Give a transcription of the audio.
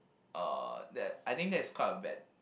uh that I think that's quite a bad